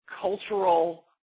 cultural